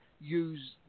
use